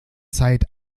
zeit